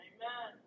Amen